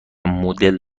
مدل